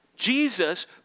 Jesus